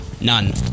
None